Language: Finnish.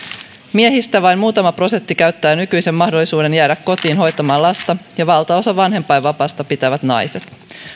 miehistä vain muutama prosentti käyttää nykyisen mahdollisuuden jäädä kotiin hoitamaan lasta ja valtaosan vanhempainvapaasta pitävät naiset